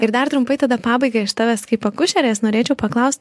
ir dar trumpai tada pabaigai aš tavęs kaip akušerės norėčiau paklaust